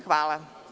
Hvala.